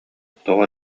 тоҕо